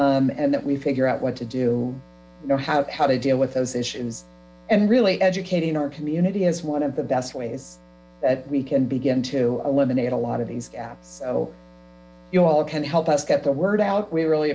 that we figure what to do how how to deal with thse issues and really educating ou community is one of the best ways that we can begin to eliminate a lot of these gaps so you all can help us get the word out we really